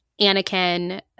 Anakin